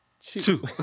Two